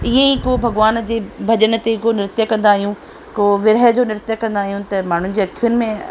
ईअं ई को भॻवान जे भॼन ते को नृत्य कंदा आहियूं को विरह जो नृत्य कंदा आहियूं त माण्हुनि जे अखियुनि में